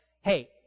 hey